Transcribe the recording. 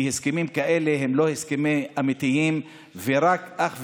כי הסכמים כאלה הם לא הסכמים אמיתיים, ואך ורק,